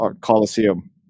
Coliseum